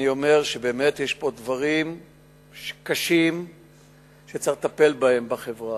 אני אומר שבאמת יש פה דברים קשים שצריך לטפל בהם בחברה.